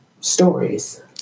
stories